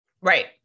Right